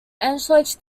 antioch